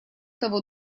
того